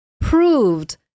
proved